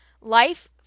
life